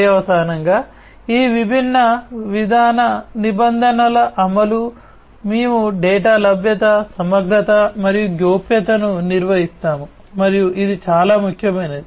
పర్యవసానంగా ఈ విభిన్న విధాన నిబంధనల అమలు మేము డేటా లభ్యత సమగ్రత మరియు గోప్యతను నిర్వహిస్తాము మరియు ఇది చాలా ముఖ్యమైనది